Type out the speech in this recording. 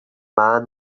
man